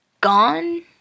Gone